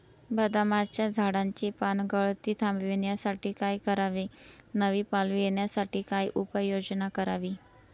बदामाच्या झाडाची पानगळती थांबवण्यासाठी काय करावे? नवी पालवी येण्यासाठी काय उपाययोजना करावी?